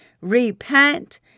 Repent